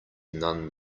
none